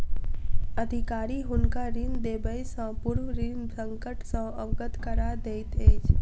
अधिकारी हुनका ऋण देबयसॅ पूर्व ऋण संकट सॅ अवगत करा दैत अछि